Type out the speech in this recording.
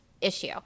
issue